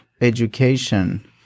education